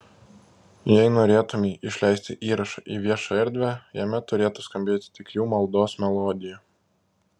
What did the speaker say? jei norėtumei išleisti įrašą į viešą erdvę jame turėtų skambėti tik jų maldos melodija